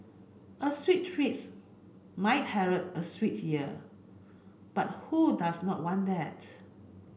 a sweet treats might herald a sweet year but who does not want that